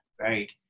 right